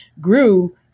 grew